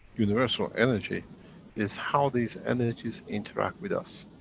universal energy is how these energies interact with us,